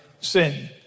sin